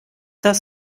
das